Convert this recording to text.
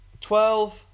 Twelve